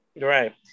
Right